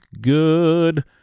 good